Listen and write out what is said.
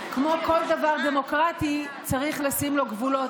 כמו כל דבר דמוקרטי צריך לשים לו גבולות,